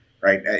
right